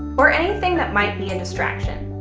or anything that might be a distraction.